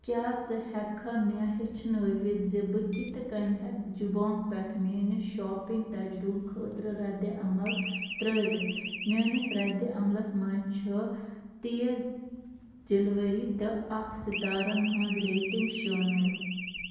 کیٛاہ ژٕ ہٮ۪ککھا مےٚ ہیٚچھنٲوِتھ زِ بہٕ کِتھ کٔنۍ ہؠکہٕ جِبانٛگ پؠٹھ میٛٲنِس شاپِنٛگ تجرُبہٕ خٲطرٕ رَدِ عمل ترٛٲوِتھ میٛٲنِس رَدِ عملس منٛز چھُ تیز ڈِلؤری تہٕ اَکھ سِتارَن ہٕنٛز ریٹِنٛگ شٲمِل